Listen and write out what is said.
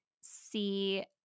see